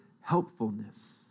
helpfulness